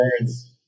words